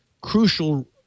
crucial